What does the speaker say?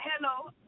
Hello